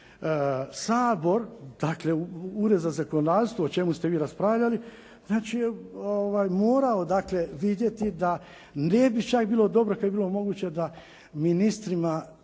Sabor, dakle Ured za zakonodavstvo o čemu ste vi raspravljali morao je dakle vidjeti da ne bi čak bilo dobro kad bi bilo moguće da ministrima